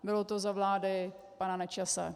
Bylo to za vlády pana Nečase.